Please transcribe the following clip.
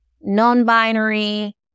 non-binary